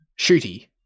Shooty